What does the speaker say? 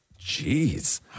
Jeez